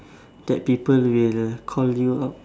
that people will call you up